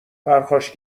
پرخاش